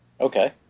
Okay